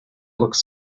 looks